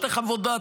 שתי חוות דעת,